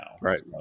Right